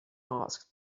asked